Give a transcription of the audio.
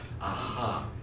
Aha